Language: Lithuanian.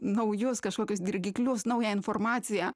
naujus kažkokius dirgiklius naują informaciją